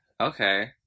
Okay